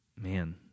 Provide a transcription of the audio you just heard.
man